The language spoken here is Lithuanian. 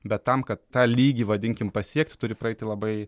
bet tam kad tą lygį vadinkim pasiekti turi praeiti labai